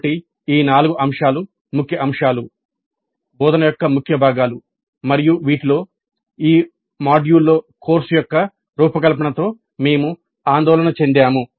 కాబట్టి ఈ నాలుగు అంశాలు ముఖ్య అంశాలు బోధన యొక్క ముఖ్య భాగాలు మరియు వీటిలో ఈ మాడ్యూల్లో కోర్సు యొక్క రూపకల్పనతో మేము ఆందోళన చెందాము